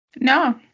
No